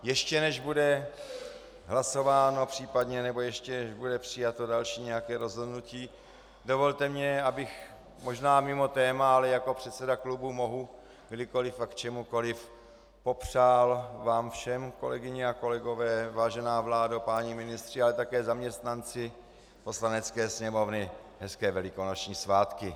Ještě než bude hlasováno, nebo ještě než bude přijato nějaké další rozhodnutí, dovolte mi, abych možná mimo téma, ale jako předseda klubu mohu kdykoli a k čemukoli, popřál vám všem, kolegyně a kolegové, vážená vládo, páni ministři, ale také zaměstnanci Poslanecké sněmovny, hezké velikonoční svátky.